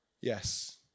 Yes